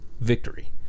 victory